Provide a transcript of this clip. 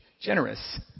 generous